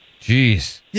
Jeez